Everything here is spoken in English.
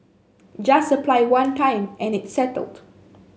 just apply one time and it's settled